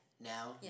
Now